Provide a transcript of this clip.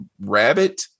rabbit